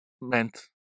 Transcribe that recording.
meant